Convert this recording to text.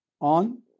on